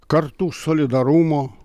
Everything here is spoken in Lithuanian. kartų solidarumo